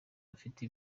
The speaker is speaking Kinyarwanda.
bafite